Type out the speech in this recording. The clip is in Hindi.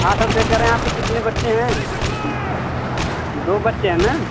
हाँ सर तो ये कह रहें आपके कितने बच्चे हैं दो बच्चे हैं न